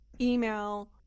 email